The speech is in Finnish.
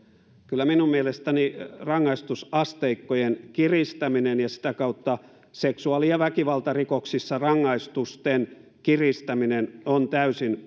kyllä minun mielestäni rangaistusasteikkojen kiristäminen ja sitä kautta seksuaali ja väkivaltarikoksissa rangaistusten kiristäminen on täysin